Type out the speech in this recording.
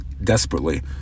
desperately